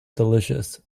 delicious